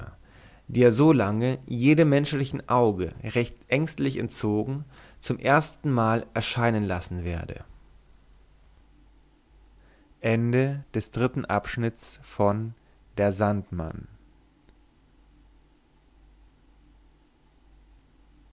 die er so lange jedem menschlichen auge recht ängstlich entzogen zum erstenmal erscheinen lassen werde